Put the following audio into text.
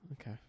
Okay